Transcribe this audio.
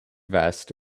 vest